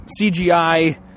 CGI